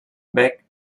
bec